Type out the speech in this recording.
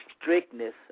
strictness